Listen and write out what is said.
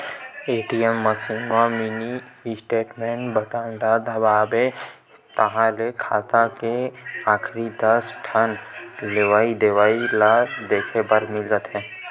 ATM machine म mini statement button ल दबाबे ताहाँले खाता के आखरी दस ठन लेवइ देवइ ल देखे बर मिल जाथे